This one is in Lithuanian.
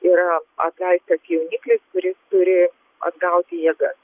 yra apleistas jauniklis kuris turi atgauti jėgas